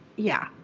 yeah.